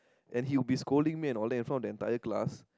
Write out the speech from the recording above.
and he was been scolding me in front of entire class